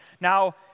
Now